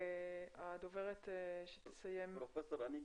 והדוברת שתסיים היא פרופ' אניק